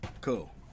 Cool